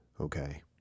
okay